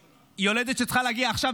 יולדת שצריכה להגיע עכשיו,